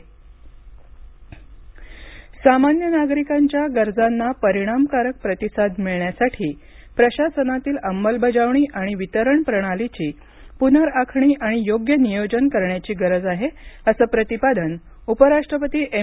उपराष्ट्राती सामान्य नागरिकांच्या गरजांना परिणामकारक प्रतिसाद मिळण्यासाठी प्रशासनातील अंमलवजावणी आणि वितरण प्रणालीची पुनर्खाखणी आणि योग्य नियोजन करण्याची गरज आहे असं प्रतिपादन उपराष्ट्रपती एम